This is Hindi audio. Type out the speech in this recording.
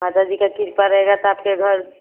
माता जी की कृपा रहेगा तो आपके घर